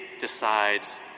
decides